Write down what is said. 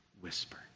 whisper